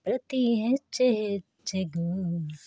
ಪ್ರತಿ ಹೆಜ್ಜೆ ಹೆಜ್ಜೆಗೂ